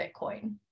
Bitcoin